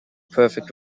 perfect